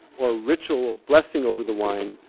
or ritual blessing over the wine,